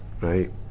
right